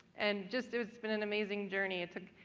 and just it's been an amazing journey. it took,